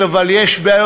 בקדנציה